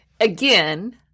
Again